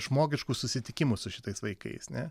žmogiškų susitikimų su šitais vaikais ne